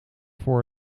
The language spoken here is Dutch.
voor